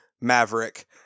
Maverick